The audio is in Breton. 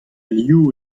liv